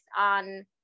on